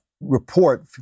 report